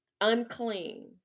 unclean